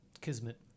Kismet